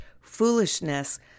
foolishness